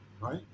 Right